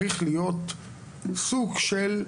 בסוף נוהל צריך להיות סוג של: